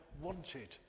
wanted